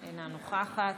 אינה נוכחת.